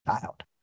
child